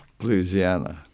Louisiana